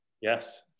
Yes